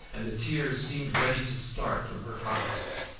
and the tears seemed ready to start from her eyes.